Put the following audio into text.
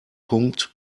punkt